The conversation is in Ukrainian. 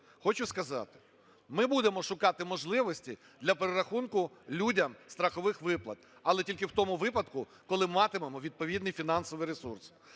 хочу сказати, ми будемо шукати можливості для перерахунку людям страхових виплат, але тільки в тому випадку, коли матимемо відповідний фінансовий ресурс.